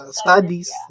studies